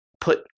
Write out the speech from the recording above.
put